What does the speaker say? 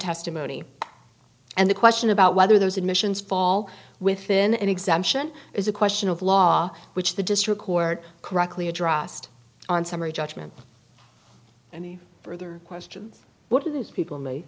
testimony and the question about whether those admissions fall within an exemption is a question of law which the district court correctly addressed on summary judgment any further questions what do these